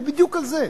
הוא בדיוק על זה.